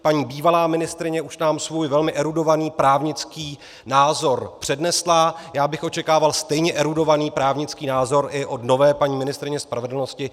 Paní bývalá ministryně už nám svůj velmi erudovaný právnický názor přednesla, já bych očekával stejně erudovaný právnický názor i od nové paní ministryně spravedlnosti.